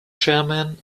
chairmen